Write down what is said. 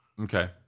Okay